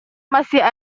masih